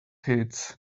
hits